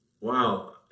wow